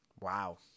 Wow